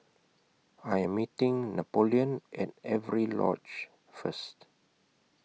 I'm meeting Napoleon At Avery Lodge First